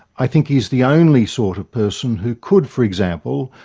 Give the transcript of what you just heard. i think he's the only sort of person who could, for example,